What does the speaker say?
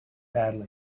badly